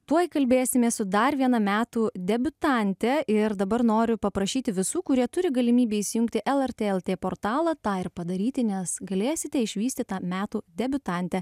tuoj kalbėsimės su dar viena metų debiutante ir dabar noriu paprašyti visų kurie turi galimybę įsijungti lrt lt portalą tą ir padaryti nes galėsite išvysti tą metų debiutantę